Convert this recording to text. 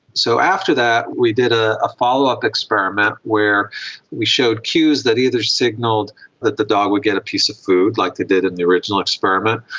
so after that we did ah a follow-up experiment where we showed cues that either signalled that the dog would get a piece of food, like they did in the original experiment,